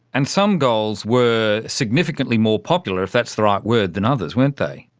and some goals were significantly more popular, if that's the right word, than others, weren't they.